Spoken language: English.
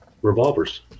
revolvers